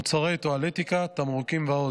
מוצרי טואלטיקה, תמרוקים ועוד,